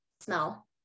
smell